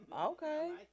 Okay